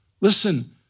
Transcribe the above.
Listen